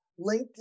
LinkedIn